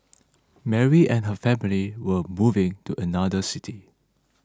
Mary and her family were moving to another city